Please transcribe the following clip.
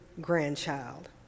grandchild